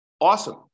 awesome